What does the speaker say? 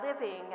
living